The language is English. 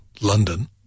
London